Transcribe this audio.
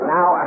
Now